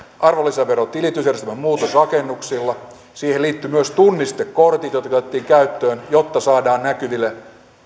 arvonlisäverotilitysjärjestelmän muutos rakennuksilla siihen liittyi myös tunnistekortit jotka otettiin käyttöön jotta saadaan näkyville